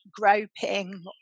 groping